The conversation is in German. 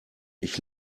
ich